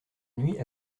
nuit